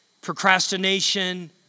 Procrastination